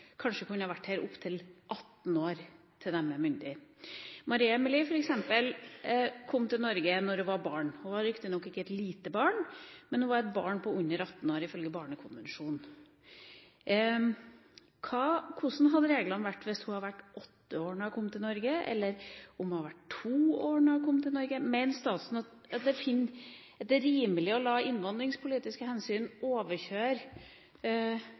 kanskje kunne ha vært her opptil 18 år – til de er myndige. Maria Amelie, f.eks., kom til Norge da hun var barn. Hun var riktignok ikke et lite barn, men hun var et barn på under 18 år, ifølge Barnekonvensjonen. Hvordan ville reglene vært hvis hun hadde vært 8 år da hun kom til Norge, eller om hun hadde vært 2 år da hun kom til Norge? Mener statsråden at det er rimelig å la innvandringspolitiske hensyn overkjøre